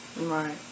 Right